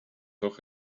doch